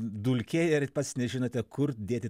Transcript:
dulkėja ir pats nežinote kur dėti